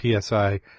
PSI